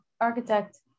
architect